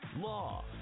law